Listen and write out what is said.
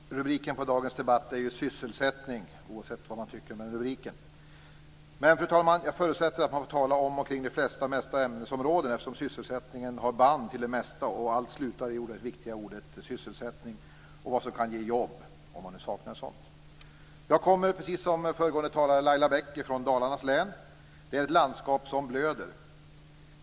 Fru talman! Rubriken på dagens debatt är Sysselsättning. Men, fru talman, jag förutsätter att man får tala om och kring de flesta ämnesområdena, eftersom sysselsättningen har band till det mesta och allt slutar i det oerhört viktiga ordet sysselsättning och vad som kan ge jobb - om man nu saknar ett sådant. Jag kommer, precis som föregående talare Laila Bäck, från Dalarnas län. Det är ett landskap som blöder!